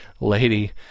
lady